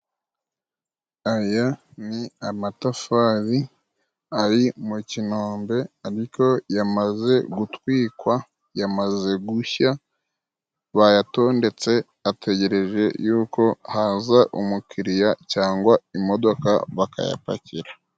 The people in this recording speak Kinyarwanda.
Aya ni amatafari ari mu kinombe ariko yamaze gutwikwa, yamaze gushya, bayatondetse, ategereje yuko haza umukiriya cyangwa imodoka bakayapakira.